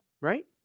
right